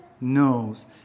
knows